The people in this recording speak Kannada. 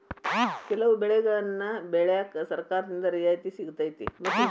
ಕೆಲವು ಬೆಳೆಗನ್ನಾ ಬೆಳ್ಯಾಕ ಸರ್ಕಾರದಿಂದ ರಿಯಾಯಿತಿ ಸಿಗತೈತಿ